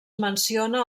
menciona